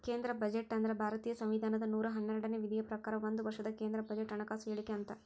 ಕೇಂದ್ರ ಬಜೆಟ್ ಅಂದ್ರ ಭಾರತೇಯ ಸಂವಿಧಾನದ ನೂರಾ ಹನ್ನೆರಡನೇ ವಿಧಿಯ ಪ್ರಕಾರ ಒಂದ ವರ್ಷದ ಕೇಂದ್ರ ಬಜೆಟ್ ಹಣಕಾಸು ಹೇಳಿಕೆ ಅಂತ